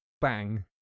bang